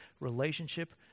relationship